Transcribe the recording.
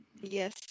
Yes